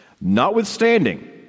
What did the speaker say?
Notwithstanding